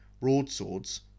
broadswords